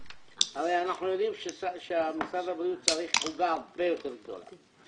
הרי אנחנו יודעים שמשרד הבריאות צריך עוגה הרבה יותר גדולה,